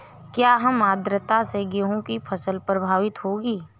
क्या कम आर्द्रता से गेहूँ की फसल प्रभावित होगी?